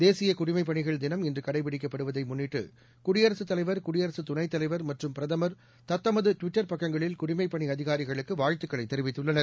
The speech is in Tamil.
தேசியகுடிமைப்பணிகள் தினம் இன்றுகடைபிடிக்கப்படுவதைமுன்னிட்டுகுடியரசுத்தலைவர் குடியரசுத் துணைத்தலைவர் மற்றும் பிரதமர் தத்தமதுடுவிட்டா பக்கங்களில் குடிமைப் பணி அதிகாரிகளுக்குவாழ்த்துகளைதெரிவித்துள்ளனர்